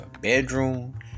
bedroom